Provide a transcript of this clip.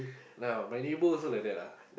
yeah my neighbor also like that lah